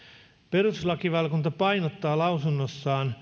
perustuslakivaliokunta painottaa lausunnossaan